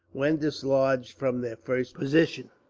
when dislodged from their first position.